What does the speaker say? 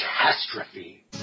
Catastrophe